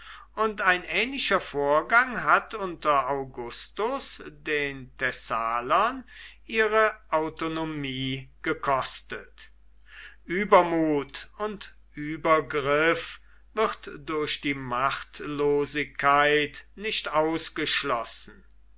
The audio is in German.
und ein ähnlicher vorgang hat unter augustus den thessalern ihre autonomie gekostet übermut und übergriff wird durch die machtlosigkeit nicht ausgeschlossen